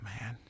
man